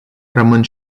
rămân